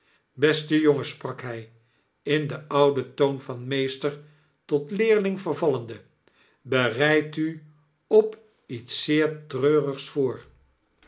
beste jongen sprak hij in den ouden toon van meester tot leerling vervallende bereidu op iets zeer treurigs voor